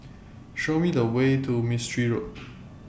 Show Me The Way to Mistri Road